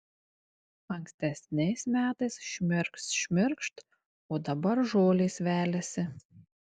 ankstesniais metais šmirkšt šmirkšt o dabar žolės veliasi